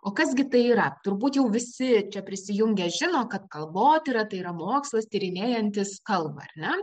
o kas gi tai yra turbūt jau visi čia prisijungę žino kad kalbotyra tai yra mokslas tyrinėjantis kalbą